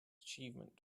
achievement